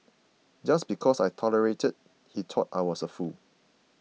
just because I tolerated he thought I was a fool